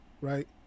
right